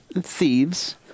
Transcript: thieves